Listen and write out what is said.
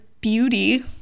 beauty